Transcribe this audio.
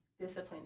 discipline